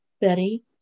Betty